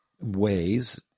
ways